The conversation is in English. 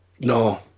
No